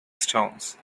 stones